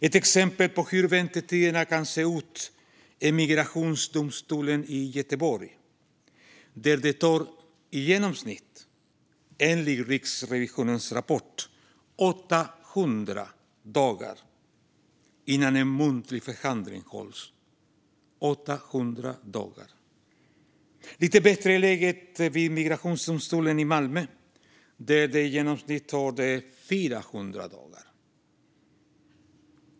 Ett exempel på hur väntetiderna kan se ut är Migrationsdomstolen i Göteborg, där det enligt Riksrevisionens rapport tar i genomsnitt 800 dagar innan en muntlig förhandling hålls - 800 dagar! Lite bättre är läget vid Migrationsdomstolen i Malmö, där genomsnittet ligger på 400 dagar.